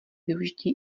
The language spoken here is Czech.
využití